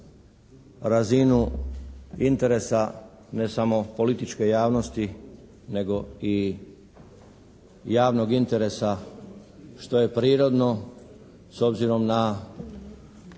razinu interesa ne samo političke javnosti nego i javnog interesa što je prirodno s obzirom na